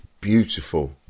beautiful